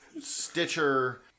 Stitcher